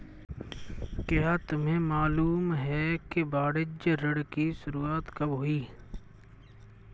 क्या तुम्हें मालूम है कि वाणिज्य ऋण की शुरुआत कब हुई?